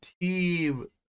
team